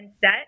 set